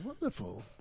wonderful